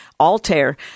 Altair